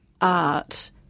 art